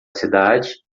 cidade